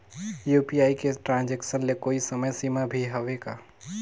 UPI के transaction ले कोई समय सीमा भी हवे का?